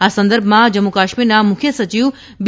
આ સંદર્ભમાં જમ્મુ કાશ્મીરના મુખ્ય સચિવ બી